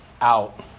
out